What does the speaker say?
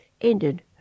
ended